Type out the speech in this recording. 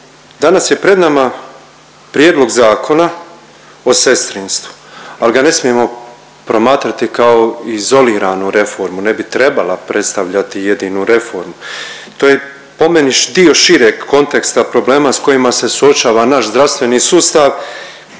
danas je pred nama Prijedlog zakona o sestrinstvu ali ga ne smijemo promatrati kao izoliranu reformu, ne bi trebala predstavljati jedinu reformu. To je po meni dio šireg konteksta problema s kojima se suočava naš zdravstveni sustav